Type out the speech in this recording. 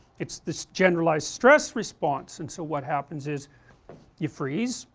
it's this generalized stress response and so what happens is you freeze,